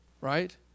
right